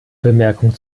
bemerkung